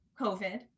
COVID